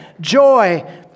Joy